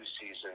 season